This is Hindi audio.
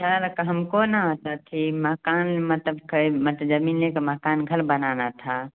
सर त हमको ना त अथी मकान मतलब कहे मतलब जमीन ले कर मकान घर बनाना था